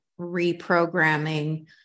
reprogramming